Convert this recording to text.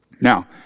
Now